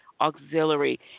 Auxiliary